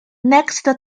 next